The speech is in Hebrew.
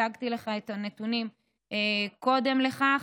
הצגתי לך את הנתונים קודם לכן.